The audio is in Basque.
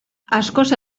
askoz